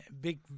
big